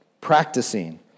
practicing